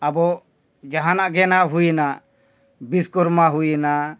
ᱟᱵᱚ ᱡᱟᱦᱟᱱᱟᱜ ᱜᱮ ᱱᱟᱦᱟᱸᱜ ᱦᱩᱭᱱᱟ ᱵᱤᱥᱥᱚᱠᱚᱨᱢᱟ ᱦᱩᱭᱱᱟ